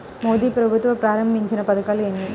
మోదీ ప్రభుత్వం ప్రారంభించిన పథకాలు ఎన్ని?